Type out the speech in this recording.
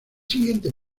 siguiente